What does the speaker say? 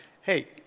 hey